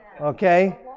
okay